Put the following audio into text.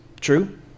True